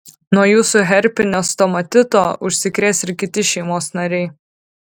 nuo jūsų herpinio stomatito užsikrės ir kiti šeimos nariai